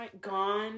gone